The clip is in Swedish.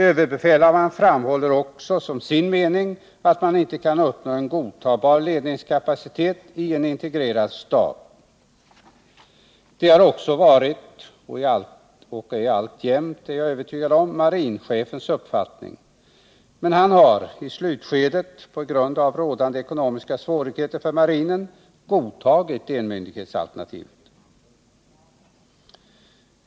Överbefälhavaren framhåller också som sin mening att man inte kan uppnå en godtagbar ledningskapacitet i en integrerad stab. Det har också varit, och jag är övertygad om att det alltjämt är, marinchefens uppfattning, men han har i slutskedet på grund av rådande ekonomiska svårigheter för marinen godtagit enmyndighetsalternativet.